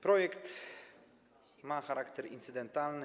Projekt ma charakter incydentalny.